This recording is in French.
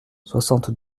soixante